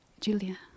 Julia